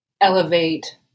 elevate